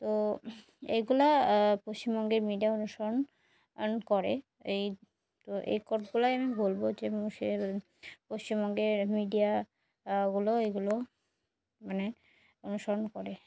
তো এইগুলো পশ্চিমবঙ্গের মিডিয়া অনুসরণ অণ করে এই তো এই কোডগুলোই আমি বলব যে সে পশ্চিমবঙ্গের মিডিয়াগুলো এইগুলো মানে অনুসরণ করে